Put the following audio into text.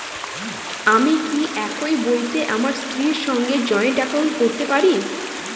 আমি কি একই বইতে আমার স্ত্রীর সঙ্গে জয়েন্ট একাউন্ট করতে পারি?